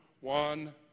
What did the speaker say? one